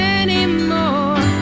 anymore